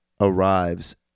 arrives